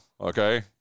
Okay